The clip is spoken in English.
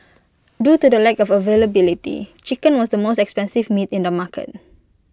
due to the lack of availability chicken was the most expensive meat in the market